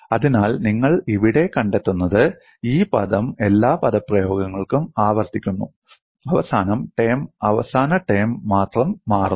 അതിനാൽ നിങ്ങൾ ഇവിടെ കണ്ടെത്തുന്നത് ഈ പദം എല്ലാ പദപ്രയോഗങ്ങൾക്കും ആവർത്തിക്കുന്നു അവസാന ടേം മാത്രം മാറുന്നു